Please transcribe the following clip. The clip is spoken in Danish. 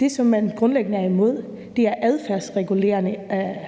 Det, som man grundlæggende er imod, er adfærdsregulerende